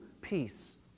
peace